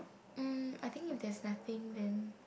mm I think if there's nothing then